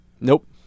Nope